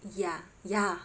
ya ya